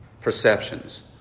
perceptions